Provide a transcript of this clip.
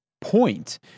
point